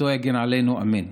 זכותו תגן עלינו, אמן,